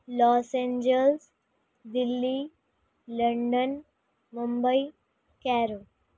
loss Angeles Delhi London Mumbai Kerala